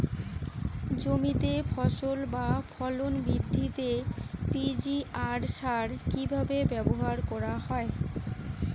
জমিতে ফসল বা ফলন বৃদ্ধিতে পি.জি.আর সার কীভাবে ব্যবহার করা হয়?